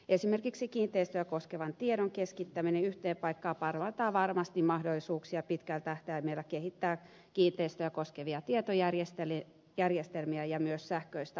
esimerkiksi kiinteistöä koskevan tiedon keskittäminen yhteen paikkaan parantaa varmasti mahdollisuuksia pitkällä tähtäimellä kehittää kiinteistöä koskevia tietojärjestelmiä ja myös sähköistä asiointia